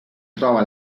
trova